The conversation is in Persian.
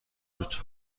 بود